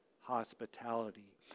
hospitality